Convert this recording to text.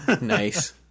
Nice